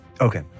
okay